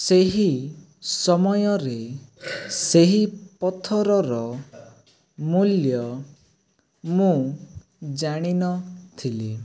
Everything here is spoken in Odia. ସେହି ସମୟରେ ସେହି ପଥରର ମୂଲ୍ୟ ମୁଁ ଜାଣିନଥିଲି